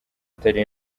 atari